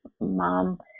mom